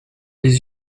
les